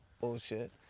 bullshit